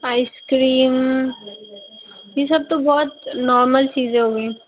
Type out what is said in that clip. ice cream ये सब तो बहुत नौर्मल चीज़ें हुई